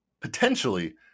potentially